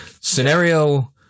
Scenario